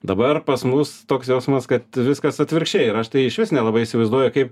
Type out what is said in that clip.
dabar pas mus toks jausmas kad viskas atvirkščiai ir aš tai išvis nelabai įsivaizduoju kaip